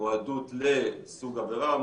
מועדות לסוג עבירה,